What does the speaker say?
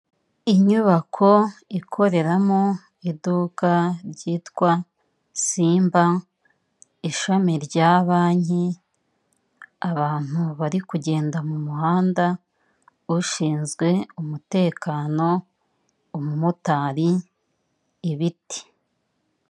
Inyubako ikoreramo iduka ryitwa simba ishami rya banki abantu bari kugenda mu muhanda ushinzwe umutekano umu motari ibiti.